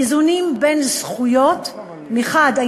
איזונים בין זכויות מחד גיסא,